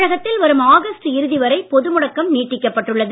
தமிழகத்தில் வரும் ஆகஸ்ட் இறுதி வரை பொதுமுடக்கம் நீட்டிக்கப் பட்டுள்ளது